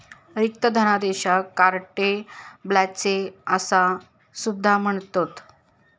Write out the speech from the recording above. रिक्त धनादेशाक carte blanche असा सुद्धा म्हणतत